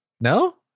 No